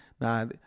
Now